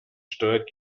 steuert